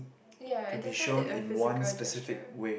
ya it does not need a physical gesture